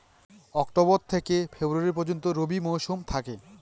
October থেকে February পর্যন্ত রবি মৌসুম থাকে